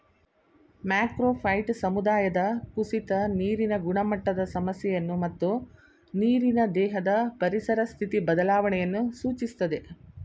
macrophyte ಸಮುದಾಯದ ಕುಸಿತ ನೀರಿನ ಗುಣಮಟ್ಟದ ಸಮಸ್ಯೆಯನ್ನು ಮತ್ತು ನೀರಿನ ದೇಹದ ಪರಿಸರ ಸ್ಥಿತಿ ಬದಲಾವಣೆಯನ್ನು ಸೂಚಿಸ್ತದೆ